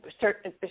certain